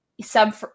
sub